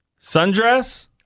Sundress